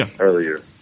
earlier